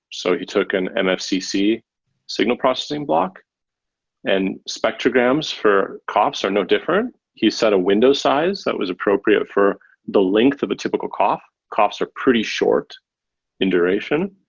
so he took an and mfcc signal processing block and spectrograms for coughs are no different. he set a window size that was appropriate for the length of a he typical cough. coughs are pretty short in duration,